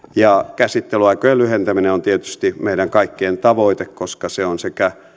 käsittelyaikojen lyhentäminen on tietysti meidän kaikkien tavoite koska se on sekä